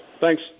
Thanks